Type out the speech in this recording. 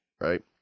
right